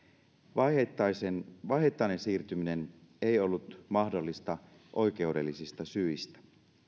vaiheittainen vaiheittainen siirtyminen mahdollista oikeudellisista syistä